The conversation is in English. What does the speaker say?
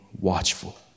watchful